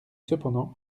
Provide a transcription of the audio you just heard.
cependant